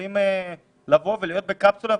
שיכולים לבוא ולהיות בקפסולה,